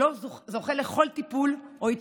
שלא זוכה לכל טיפול או התייחסות.